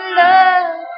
love